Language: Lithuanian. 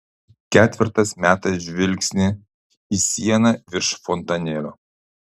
ketvertas meta žvilgsnį į sieną virš fontanėlio